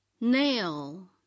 nail